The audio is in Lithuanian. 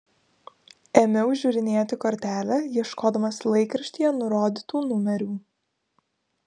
ėmiau žiūrinėti kortelę ieškodamas laikraštyje nurodytų numerių